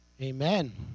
Amen